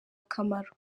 akamaro